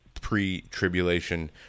pre-tribulation